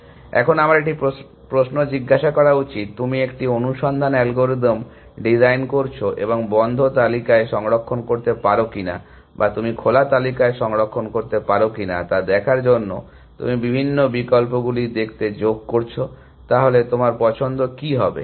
এখন আমার একটি প্রশ্ন জিজ্ঞাসা করা উচিত তুমি একটি অনুসন্ধান অ্যালগরিদম ডিজাইন করছো এবং বন্ধ তালিকায় সংরক্ষণ করতে পারো কিনা বা তুমি খোলা তালিকায় সংরক্ষণ করতে পারো কিনা তা দেখার জন্য তুমি বিভিন্ন বিকল্পগুলি দেখতে যোগ করছো তাহলে তোমার পছন্দ কী হবে